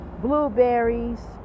blueberries